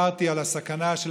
לפני כשעה בערך דיברתי על הסכנה של